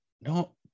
no